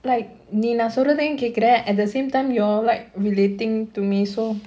like நீ நா சொல்றதே ஏன் கேக்குற:nee naa solrathae yaen kaekkura at the same time you are like relating to me so